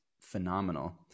phenomenal